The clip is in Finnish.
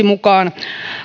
mukaan